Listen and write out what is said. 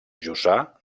jussà